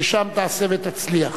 ושם תעשה ותצליח.